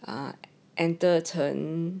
ah enter 成